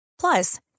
Plus